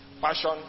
passion